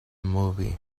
movie